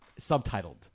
subtitled